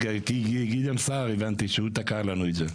אדוני היושב ראש, בוא אני אסביר לך.